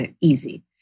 easy